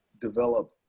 develop